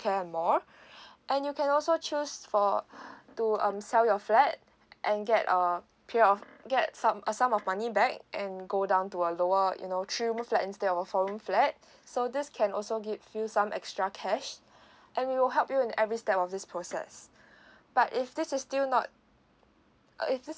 care more and you can also choose for to um sell your flat and get um period of get some a sum of money back and go down to a lower you know three room flat instead of four room flat so this can also give you some extra cash and we will help you in every step of this process but if this is still not if this